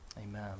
amen